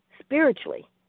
spiritually